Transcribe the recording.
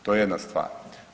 To je jedna stvar.